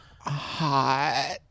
hot